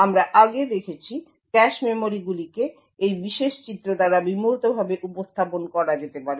আমরা আগে দেখেছি ক্যাশেমেমরিগুলিকে এই বিশেষ চিত্র দ্বারা বিমূর্তভাবে উপস্থাপন করা যেতে পারে